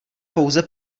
pouze